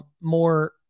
more